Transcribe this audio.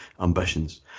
ambitions